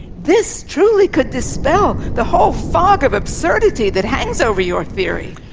this truly could dispel the whole fog of absurdity that hangs over your theory.